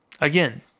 again